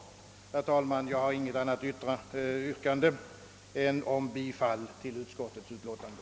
Herr talman! Jag har inget annat yrkande än bifall till utskottets hemställan.